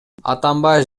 атамбаев